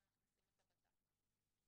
ומכניסים את הבט"פ.